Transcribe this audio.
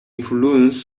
influence